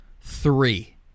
three